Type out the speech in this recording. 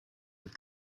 with